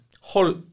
whole